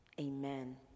Amen